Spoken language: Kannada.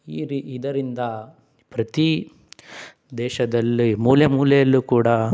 ಈ ರಿ ಇದರಿಂದ ಪ್ರತಿ ದೇಶದಲ್ಲಿ ಮೂಲೆ ಮೂಲೆಯಲ್ಲೂ ಕೂಡ